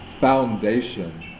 foundation